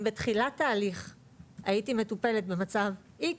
אם בתחילת תהליך הייתי מטופלת במצב X